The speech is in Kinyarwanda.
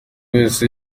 wese